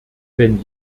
wenn